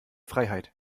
freiheit